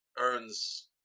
earns